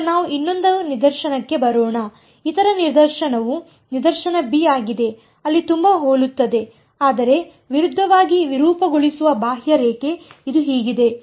ಈಗ ನಾವು ಇನ್ನೊಂದು ನಿದರ್ಶನಕ್ಕೆ ಬರೋಣ ಇತರ ನಿದರ್ಶನವು ನಿದರ್ಶನ ಬಿ ಆಗಿದೆ ಅಲ್ಲಿ ತುಂಬಾ ಹೋಲುತ್ತದೆ ಆದರೆ ವಿರುದ್ಧವಾಗಿ ವಿರೂಪಗೊಳಿಸುವ ಬಾಹ್ಯರೇಖೆ ಇದು ಹೀಗಿದೆ